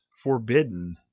forbidden